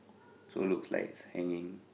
so looks like it's hanging